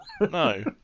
No